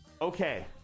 Okay